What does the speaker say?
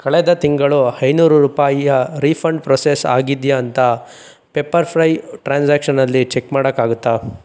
ಕಳೆದ ತಿಂಗಳು ಐನೂರು ರೂಪಾಯಿಯ ರೀಫಂಡ್ ಪ್ರೊಸೆಸ್ ಆಗಿದ್ಯ ಅಂತ ಪೆಪ್ಪರ್ ಫ್ರೈ ಟ್ರಾನ್ಸಾಕ್ಷನಲ್ಲಿ ಚೆಕ್ ಮಾಡೋಕ್ಕಾಗುತ್ತ